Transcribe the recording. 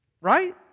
Right